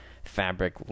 Fabric